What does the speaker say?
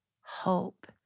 hope